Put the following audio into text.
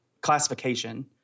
classification